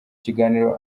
ikiganiro